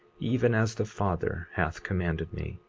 even as the father hath commanded me.